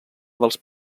dels